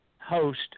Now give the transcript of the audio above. host